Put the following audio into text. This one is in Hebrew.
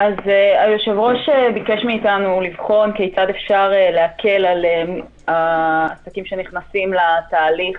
היושב-ראש ביקש מאיתנו לבחון כיצד אפשר להקל על העסקים שנכנסים לתהליך